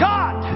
God